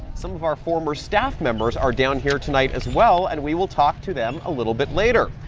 some of our former staff members are down here tonight as well, and we will talk to them a little bit later.